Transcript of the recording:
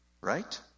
right